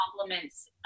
complements